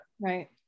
Right